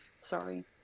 sorry